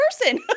person